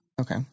Okay